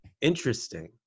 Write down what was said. Interesting